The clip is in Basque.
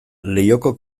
leihoko